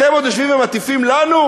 אתם עוד יושבים ומטיפים לנו?